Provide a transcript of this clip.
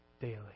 daily